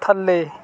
ਥੱਲੇ